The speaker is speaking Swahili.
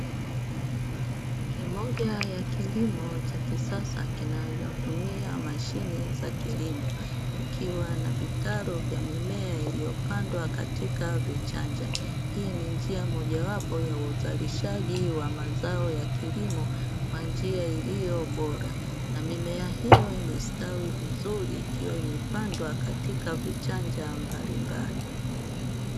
Ni moja ya kilimo cha kisasa kinachotumia mashine za kilimo, ikiwa na vitalu vya mimea iliyopandwa katika vichanja. Hii ni njia moja wapo ya uzalishaji wa mazao ya kilimo kwa njia iliyo bora. Na mimea hiyo imestawi vizuri ikiwa imepandwa katika vichanja vya mbalimbali.